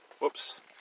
Whoops